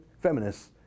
feminists